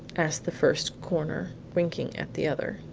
asked the first corner, winking at the other.